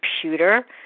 computer